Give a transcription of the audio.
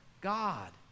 God